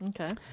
Okay